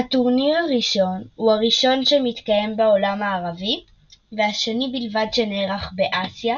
הטורניר הוא הראשון שמתקיים בעולם הערבי והשני בלבד שנערך באסיה,